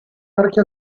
archi